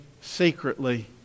secretly